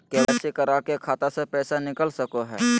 KYC करा के खाता से पैसा निकल सके हय?